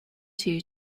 two